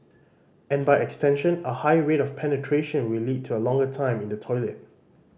and by extension a higher rate of penetration will lead to a longer time in the toilet